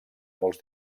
molts